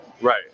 Right